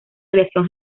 aviación